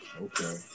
Okay